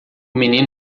menino